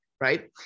right